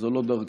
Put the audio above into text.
זו לא דרכי.